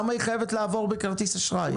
למה היא חייבת לעבור בכרטיס אשראי?